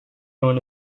going